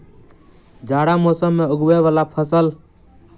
जाड़ा मौसम मे उगवय वला फसल?